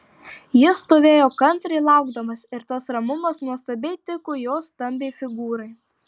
jis stovėjo kantriai laukdamas ir tas ramumas nuostabiai tiko jo stambiai figūrai